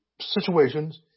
situations